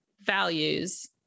values